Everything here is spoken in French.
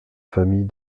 famille